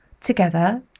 together